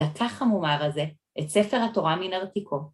לקח המומר הזה את ספר התורה מנרתיקו.